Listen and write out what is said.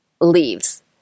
leaves